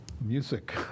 music